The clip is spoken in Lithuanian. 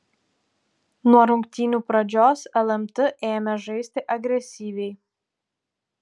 nuo rungtynių pradžios lmt ėmė žaisti agresyviai